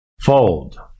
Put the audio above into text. Fold